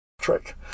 trick